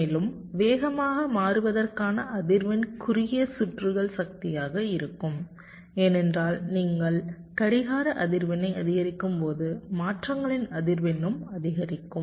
மேலும் வேகமாக மாறுவதற்கான அதிர்வெண் குறுகிய சுற்றுகள் சக்தியாக இருக்கும் ஏனென்றால் நீங்கள் கடிகார அதிர்வெண்ணை அதிகரிக்கும்போது மாற்றங்களின் அதிர்வெண்ணும் அதிகரிக்கும்